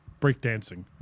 Breakdancing